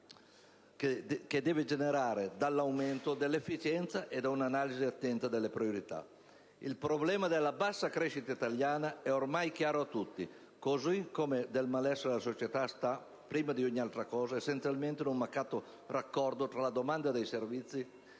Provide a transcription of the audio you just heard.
che deve avere origine dall'aumento dell'efficienza e da una analisi attenta delle priorità. Il problema della bassa crescita italiana, è ormai chiaro a tutti, così come il malessere della società, sta, prima di ogni altra cosa, essenzialmente in un mancato raccordo tra la domanda di beni e servizi,